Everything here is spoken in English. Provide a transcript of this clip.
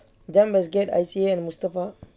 JEM westgate I_C_A and mustafa